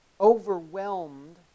overwhelmed